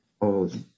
old